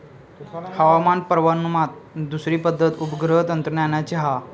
हवामान पुर्वानुमानात दुसरी पद्धत उपग्रह तंत्रज्ञानाची हा